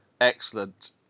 excellent